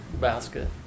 basket